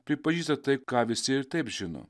pripažįsta tai ką visi ir taip žino